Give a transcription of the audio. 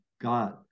God